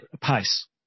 pace